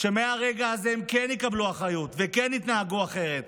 שמהרגע הזה הם כן יקבלו אחריות וכן יתנהגו אחרת,